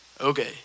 Okay